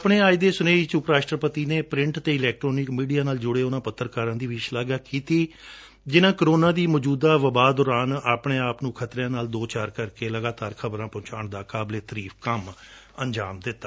ਆਪਣੇ ਅੱਜ ਦੇ ਸੁਨੇਹੇ ਵਿਚ ਉਪ ਰਾਸਟਰਪਤੀ ਨੇ ਪਾਇਟ ਅਤੇ ਇਲੈਕਟਰੋਨਿਕ ਮੀਡੀਆ ਨਾਲ ਜੁੜੇ ਉਨੂਾ ਪੱਤਰਕਾਰਾਂ ਦੀ ਵੀ ਸ਼ਲਾਘਾ ਕੀਤੀ ਜਿਨੂਾਂ ਕੋਰੋਨਾ ਦੀ ਮੌਜੁਦਾ ਦਬਾਅ ਦੌਰਾਨ ਆਪਣੇ ਆਪ ਨੂੰ ਖਤਰਿਆ ਨਾਲ ਦੋ ਚਾਰ ਕਰਕੇ ਲਗਾਤਾਰ ਖਬਰਾਂ ਪਹੁੰਚਾਉਣ ਦਾ ਕਾਬਲੇ ਤਾਰੀਫ਼ ਕੰਮ ਨੁੰ ਅੰਜਾਮ ਦਿੱਤਾ